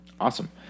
Awesome